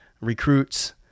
recruits